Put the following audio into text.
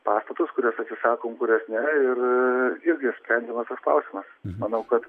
pastatus kuriuos atsisakom kuriuos ne ir irgi išsprendžiamas tas klausimas manau kad